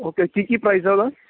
okay ਕੀ ਕੀ price ਆ ਉਹਦਾ